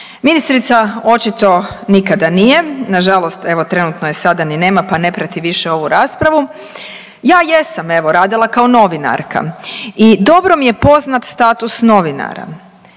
ministrica očito nikada nije, nažalost evo trenutno je sada ni nema, pa ne prati više ovu raspravu, ja jesam evo radila kao novinarka i dobro mi je poznat status novinara.